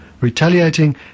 Retaliating